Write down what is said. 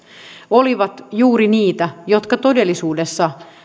olivat juuri niitä jotka todellisuudessa